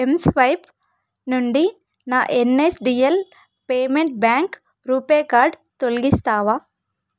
mSwipe నుండి నా NSDL payment bank RuPay card తొల్గిస్తావా